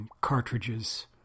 Cartridges